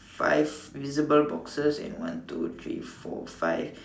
five visible boxes in one two three four five